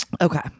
okay